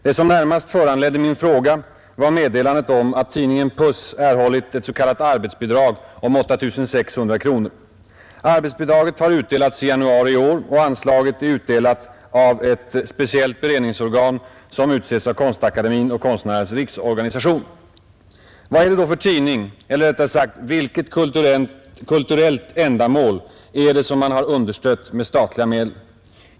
Det som närmast föranledde min fråga var meddelandet om att tidningen Puss erhållit ett s.k. arbetsbidrag om 8 600 kronor. Arbetsbidraget har utdelats i januari i år, och anslaget är utdelat av ett speciellt beredningsorgan som utses av Konstakademien och Konstnärernas riksorganisation. Vad är det då för tidning eller rättare sagt vilket kulturellt ändamål är det som man har understött med statliga medel?